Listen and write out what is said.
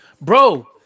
bro